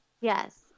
Yes